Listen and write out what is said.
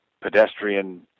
pedestrian